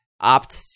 opt